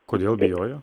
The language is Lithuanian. kodėl bijojo